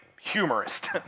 humorist